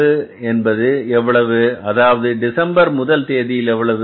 ஆரம்ப கையிருப்பு என்பது எவ்வளவு அதாவது டிசம்பர் முதல் தேதியில் எவ்வளவு